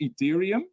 Ethereum